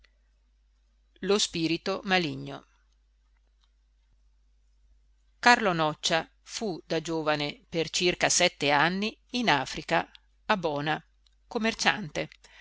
lasci carlo noccia fu da giovane per circa sette anni in africa a bona commerciante